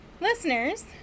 listeners